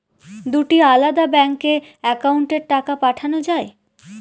দুটি আলাদা ব্যাংকে অ্যাকাউন্টের টাকা পাঠানো য়ায়?